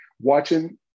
watching